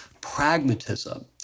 pragmatism